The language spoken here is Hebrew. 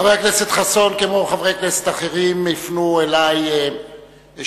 חבר הכנסת חסון וחברי כנסת אחרים הפנו אלי שאלה,